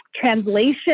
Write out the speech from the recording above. translation